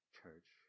church